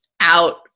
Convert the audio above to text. out